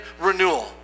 renewal